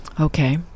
okay